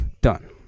done